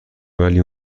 ولی